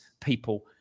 people